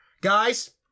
Guys